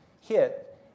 hit